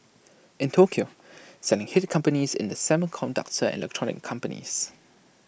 in Tokyo selling hit companies in the semiconductor and electronics companies